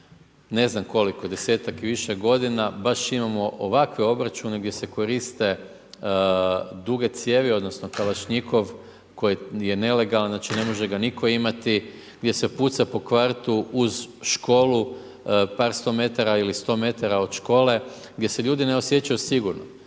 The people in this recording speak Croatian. ne znam koliko 10-tak i više g. baš imamo ovakve obračune gdje se koriste, duge cijevi, odnosno, kalašnjikov, koji je nelegalan, znači ne može ga nitko imati, gdje se puca po kvartu, uz školu, par sto metara ili sto metara od škole, gdje se ljudi ne osjećaju sigurno.